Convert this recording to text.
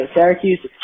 Syracuse